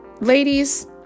ladies